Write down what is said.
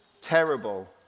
Terrible